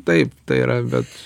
taip tai yra bet